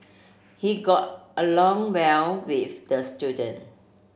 he got along well with the student